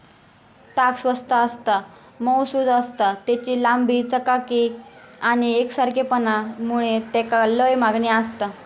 ताग स्वस्त आसता, मऊसुद आसता, तेची लांबी, चकाकी आणि एकसारखेपणा मुळे तेका लय मागणी आसता